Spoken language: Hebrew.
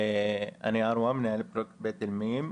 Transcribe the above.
אני ערווה, מנהל פרויקט 'בית אל-מים'.